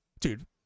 dude